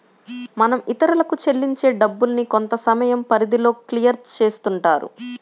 మనం ఇతరులకు చెల్లించే డబ్బుల్ని కొంతసమయం పరిధిలో క్లియర్ చేస్తుంటారు